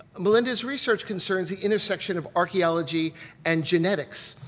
melinda's research concerns the intersection of archaeology and genetics,